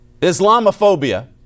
Islamophobia